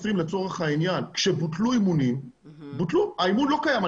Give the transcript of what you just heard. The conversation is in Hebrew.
ב-2020 כשבוטלו אימונים בוטלו, האיום לא קיים.